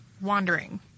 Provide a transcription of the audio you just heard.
wandering